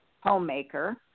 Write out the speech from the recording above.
homemaker